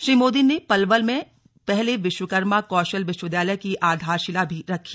श्री मोदी ने पलवल में पहले विश्वकर्मा कौशल विश्वविद्यालय की आधारशिला भी रखी